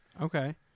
okay